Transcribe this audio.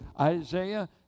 Isaiah